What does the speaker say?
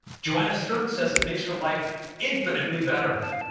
joanna stern says it makes her life infinitely better.